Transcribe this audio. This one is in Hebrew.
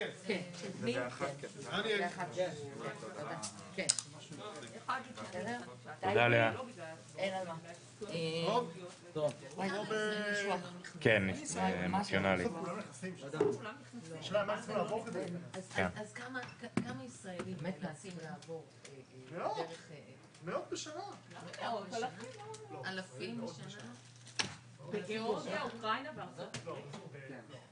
10:55.